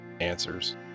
answers